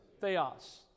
Theos